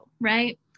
right